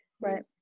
right